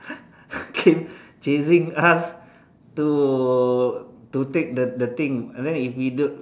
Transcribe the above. okay chasing us to to take the thing and then if don't